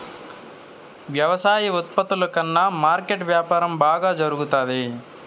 వ్యవసాయ ఉత్పత్తుల కన్నా మార్కెట్ వ్యాపారం బాగా జరుగుతాది